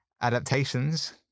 adaptations